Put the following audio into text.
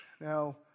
Now